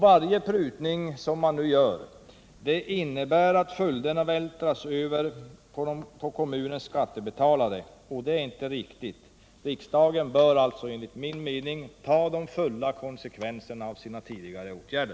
Varje prutning som nu görs innebär att följderna av beslutet vältras över på kommunens skattebetalare, och det är inte riktigt. Riksdagen bör alltså enligt min mening ta de fulla konsekvenserna av sina tidigare beslut.